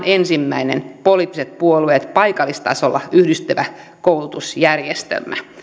ensimmäinen poliittiset puolueet paikallistasolla yhdistävä koulutusjärjestelmä